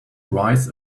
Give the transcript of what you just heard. rise